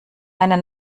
eine